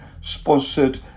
sponsored